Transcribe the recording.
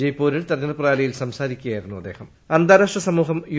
ജയ്പൂരിൽ തെരഞ്ഞെടുപ്പ് റാലിയിൽ സംസാരിക്കുകയായിരുന്നു അദ്ദേഹർ അന്താരാഷ്ട്ര സമൂഹം യു